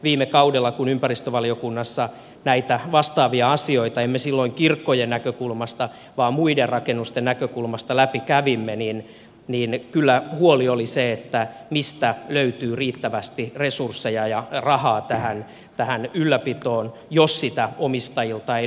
viime kaudella kun ympäristövaliokunnassa näitä vastaavia asioita emme silloin kirkkojen näkökulmasta vaan muiden rakennusten näkökulmasta läpikävimme niin kyllä huoli oli se mistä löytyy riittävästi resursseja ja rahaa tähän ylläpitoon jos niitä omistajilta ei löydy